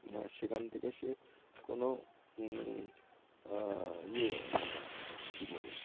আর সেখান থেকে সে কোনো ইয়ে মানে কী বলে